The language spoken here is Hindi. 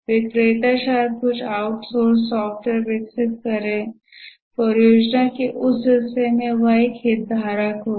विक्रेता शायद कुछ आउटसोर्स सॉफ़्टवेयर विकसित करें परियोजना के उस हिस्से में वह एक हितधारक होगा